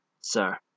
sir